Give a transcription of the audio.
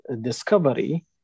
discovery